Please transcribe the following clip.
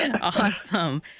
awesome